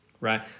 right